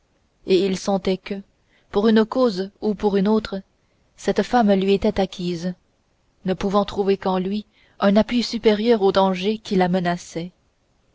et il sentait que pour une cause ou pour une autre cette femme lui était acquise ne pouvant trouver qu'en lui un appui supérieur au danger qui la menaçait